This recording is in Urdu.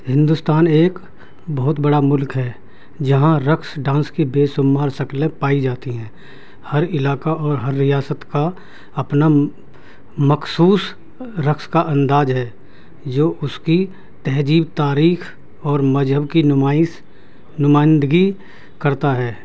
ہندوستان ایک بہت بڑا ملک ہے جہاں رقص ڈانس کی بے شمار شکلیں پائی جاتی ہیں ہر علاقہ اور ہر ریاست کا اپنا مخصوص رقص کا انداز ہے جو اس کی تہذیب تاریخ اور مذہب کی نمائس نمائندگی کرتا ہے